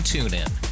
TuneIn